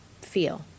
feel